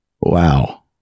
Wow